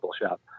shop